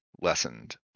lessened